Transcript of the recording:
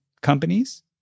companies